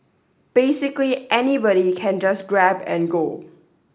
basically anybody can just grab and go